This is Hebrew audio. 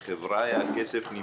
הכסף.